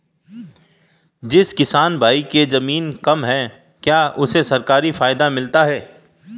जिस किसान भाई के ज़मीन कम है क्या उसे सरकारी फायदा मिलता है?